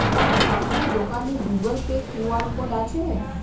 আপনার দোকানে Google Pay QR code আছে?